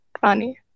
funny